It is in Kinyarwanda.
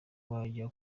bajya